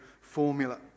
formula